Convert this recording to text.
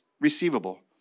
receivable